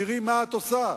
תראי מה את עושה,